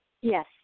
yes